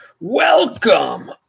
Welcome